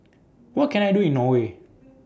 What Can I Do in Norway